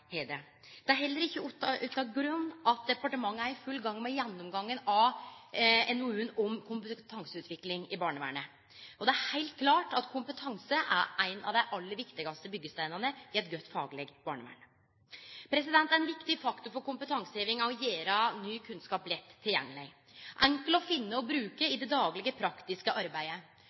det. Det er heller ikkje utan grunn at departementet er i full gang med ein gjennomgang av NOU-en om kompetanseutvikling i barnevernet. Det er heilt klart at kompetanse er ein av dei aller viktigaste byggesteinane i eit godt fagleg barnevern. Ein viktig faktor for kompetanseheving er å gjere ny kunnskap lett tilgjengeleg og enkel å finne og bruke i det daglege, praktiske arbeidet